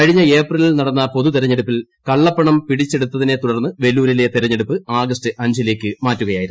കഴിഞ്ഞ ഏപ്രിലിൽ നടന്ന പൊതുതെരഞ്ഞെടുപ്പിൽ കള്ളപ്പണം പിടിച്ചെടുത്തതിനെതുടർന്ന് വെല്ലൂരിലെ തെരഞ്ഞെടുപ്പ് ആഗസ്റ്റ് അഞ്ചിലേക്ക് മാറ്റുകയായിരുന്നു